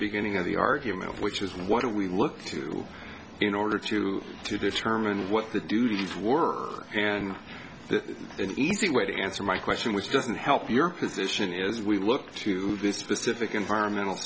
beginning of the argument which is what we look to in order to to determine what the duties were and an easy way to answer my question which doesn't help your position as we look to this specific environmental